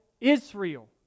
Israel